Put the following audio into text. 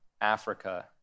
Africa